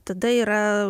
tada yra